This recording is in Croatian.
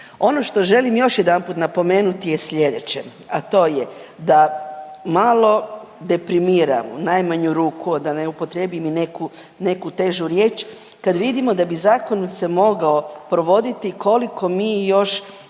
Ono što želim još jedanput napomenuti je slijedeće. A to je da malo deprimira u najmanju ruku da ne upotrijebim i neku, neku težu riječ kad vidimo da bi zakon se mogao provoditi koliko mi još